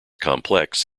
complex